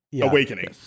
awakening